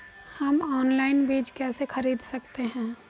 हम ऑनलाइन बीज कैसे खरीद सकते हैं?